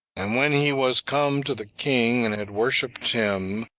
and when he was come to the king, and had worshipped him,